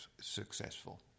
successful